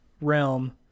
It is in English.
realm